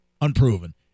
unproven